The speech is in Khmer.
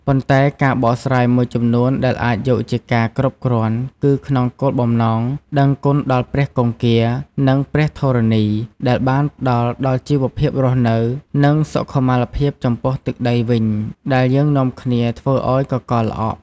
ប៉ុន្តែ ការបកស្រាយមួយដែលអាចយកជាការគ្រប់គ្រាន់ គឺក្នុងគោលបំណង «ដឹងគុណដល់ព្រះគង្គា និងព្រះធរណី ដែលបានផ្តល់ដល់ជីវភាពរស់នៅ និងសុខុមាលភាពចំពោះទឹកដីវិញដែលយើងនាំគ្នាធ្វើឱ្យកករល្អក់»។